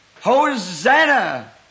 Hosanna